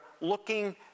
looking